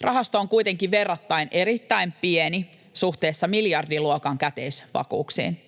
Rahasto on kuitenkin verrattain, erittäin, pieni suhteessa miljardiluokan käteisvakuuksiin.